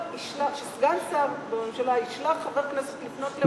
שסגן שר בממשלה ישלח חבר כנסת לפנות לבג"ץ,